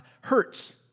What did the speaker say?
hurts